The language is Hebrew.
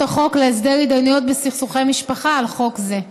החוק להסדר התדיינויות בסכסוכי משפחה על חוק זה.